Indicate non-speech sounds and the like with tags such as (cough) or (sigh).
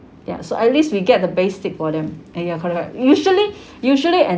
ya so at least we get the basic for them and ya correct correct usually (breath) usually en~